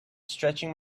stretching